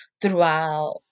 throughout